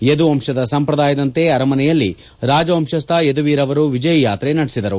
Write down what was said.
ಯದುವಂಶದ ಸಂಪ್ರದಾಯದಂತೆ ಅರಮನೆಯಲ್ಲಿ ರಾಜವಂಶಸ್ಥ ಯದುವೀರ್ ಅವರು ವಿಜಯಯಾತ್ರೆ ನಡೆಸಿದರು